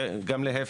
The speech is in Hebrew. וגם להיפך.